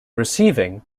receiving